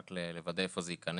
רק לוודא איפה זה ייכנס.